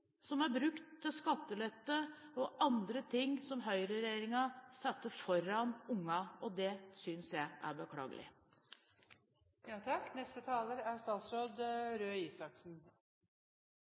som er brukt til skattelette og andre ting som høyreregjeringen setter foran ungene, og det synes jeg er beklagelig. Takk